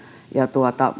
ja